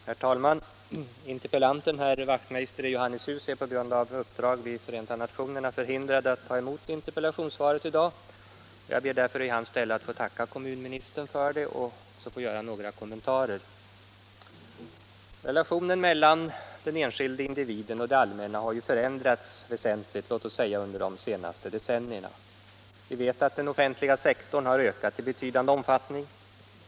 Herr talman! Interpellanten, herr Wachtmeister i Johannishus, är på grund av uppdrag vid Förenta nationerna förhindrad att ta emot interpellationssvaret i dag. Jag ber därför i hans ställe att få tacka kommunministern för det och göra några kommentarer. Relationen mellan den enskilda individen och det allmänna har ju förändrats väsentligt, låt oss säga under de senaste decennierna. Vi vet att den offentliga sektorn har ökat i betydande omfattning.